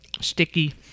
sticky